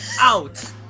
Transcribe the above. out